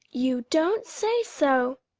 you don't say so!